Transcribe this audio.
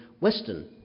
western